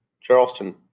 Charleston